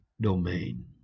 domain